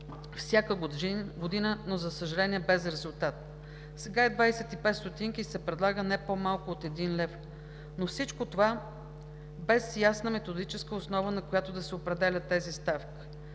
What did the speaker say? всяка година, но, за съжаление, без резултат – сега е двадесет и пет стотинки и се предлага да е не по-малко от един лев, но всичко това е без ясна методическа основа, на която да се определят тези ставки.